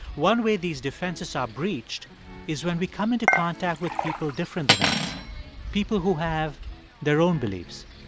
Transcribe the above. one way these defenses are breached is when we come into contact with people different than us people who have their own beliefs.